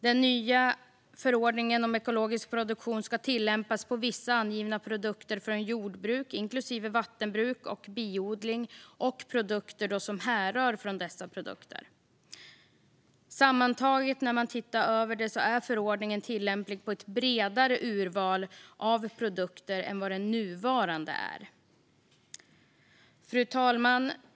Den nya förordningen om ekologisk produktion ska tillämpas på vissa angivna produkter från jordbruk, inklusive vattenbruk och biodling, och produkter som härrör från dessa produkter. Sammantaget är förordningen tillämplig på ett bredare urval av produkter än vad den nuvarande är. Fru talman!